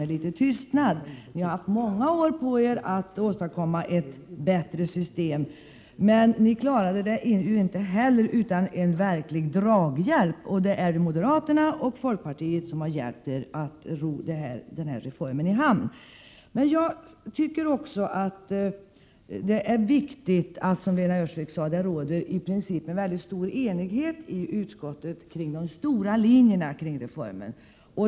Socialdemokraterna har haft många år på sig att åstadkomma ett bättre system, men ni klarade det inte heller utan verklig draghjälp; det är moderaterna och folkpartiet som har hjälpt er att ro den här reformen i land. Jag tycker också att det är viktigt att, som Lena Öhrsvik sade, det i princip råder enighet i utskottet kring de stora linjerna i reformen.